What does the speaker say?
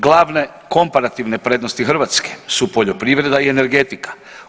Glavne komparativne prednosti Hrvatske su poljoprivreda i energetika.